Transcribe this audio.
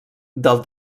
del